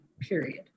period